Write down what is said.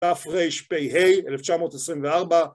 תרפ"ה, 1924